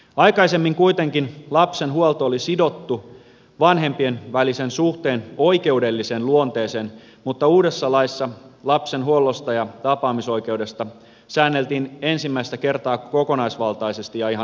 aikaisemmin kuitenkin lapsen huolto oli sidottu vanhempien välisen suhteen oikeudelliseen luonteeseen mutta uudessa laissa lapsen huollosta ja tapaamisoikeudesta säänneltiin ensimmäistä kertaa kokonaisvaltaisesti ja ihan itsenäisesti